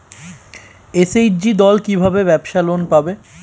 SHG দল কী ভাবে ব্যাবসা লোন পাবে?